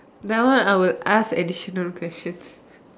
that one I would ask additional questions